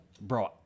Bro